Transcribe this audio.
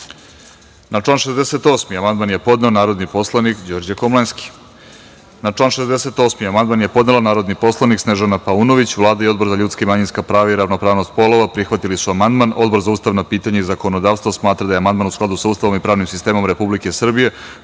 član 68. amandman je podneo narodni poslanik Đorđe Komlenski. Na član 68. amandman je podnela narodni poslanik Snežana Paunović. Vlada i Odbor za ljudska i manjinska prava i ravnopravnost polova prihvatili su amandman. Odbor za ustavna pitanja i zakonodavstvo smatra da je amandman u skladu sa Ustavom i pravnim sistemom Republike